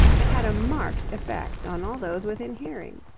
it had a marked effect on all those within hearing.